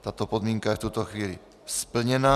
Tato podmínka je v tuto chvíli splněna.